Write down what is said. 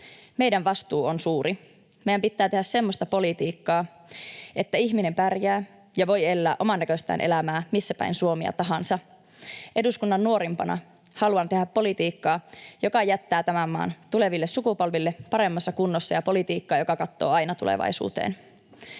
Meidän vastuu on suuri. Meidän pitää tehdä semmoista politiikkaa, että ihminen pärjää ja voi elää omannäköistään elämää missäpäin Suomea tahansa. Eduskunnan nuorimpana haluan tehdä politiikkaa, joka jättää tämän maan tuleville sukupolville paremmassa kunnossa, ja politiikkaa, joka katsoo aina tulevaisuuteen.